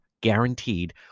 Guaranteed